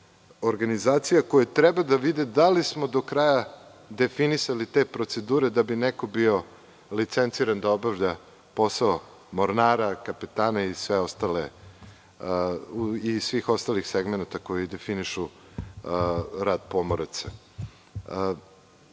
organizacija koje treba da vide da li smo do kraja definisali te procedure da bi neko bio licenciran da obavlja posao mornara, kapetana i svih ostalih segmenata koji definišu rad pomoraca. Mi